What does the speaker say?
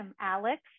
Alex